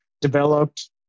developed